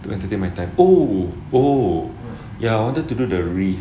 to entertain my time oh oh ya I wanted to do the wreath